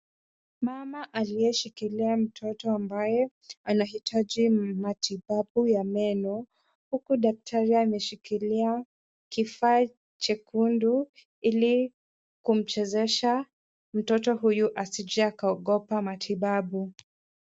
Mama aliyeshikilia mtoto ambaye anahitaji matibabu ya meno huku daktari ameshikilia kifaa chekundu ili kumchezesha mtoto huyu asije akaogopa matibabu.